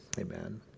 Amen